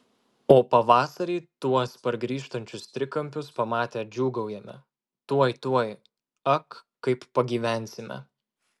o pavasarį tuos pargrįžtančius trikampius pamatę džiūgaujame tuoj tuoj ak kaip pagyvensime